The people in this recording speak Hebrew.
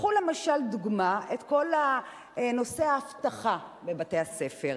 קחו למשל דוגמה, כל נושא האבטחה בבתי-הספר.